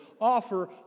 offer